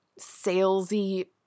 salesy